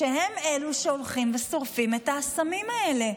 כשהם אלו שהולכים ושורפים את האסמים האלה.